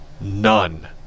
none